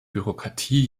bürokratie